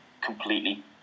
completely